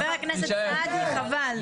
חבר הכנסת סעדי, חבל.